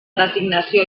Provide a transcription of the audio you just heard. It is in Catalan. designació